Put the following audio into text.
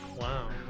wow